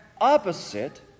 opposite